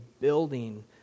building